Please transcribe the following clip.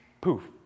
Poof